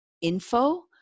Info